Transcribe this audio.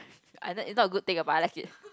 I mean it's not a good thing but I like it